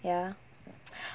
ya